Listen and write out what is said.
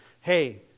hey